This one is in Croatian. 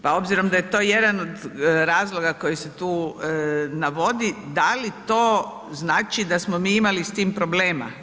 Pa obzirom da je to jedan od razloga koji se tu navodi, da li to znači da smo mi imali s tim problema?